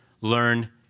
learn